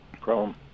Chrome